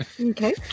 Okay